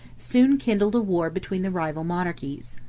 soon kindled a war between the rival monarchies.